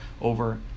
over